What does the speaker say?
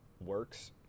works